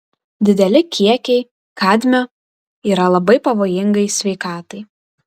dideli kiekiai kadmio yra labai pavojingai sveikatai